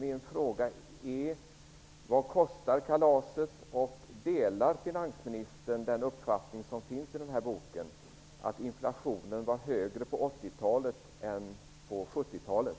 Min fråga är: Vad kostar kalaset? Delar finansministern den uppfattning som finns i boken, att inflationen var högre på 80 talet än på 70-talet?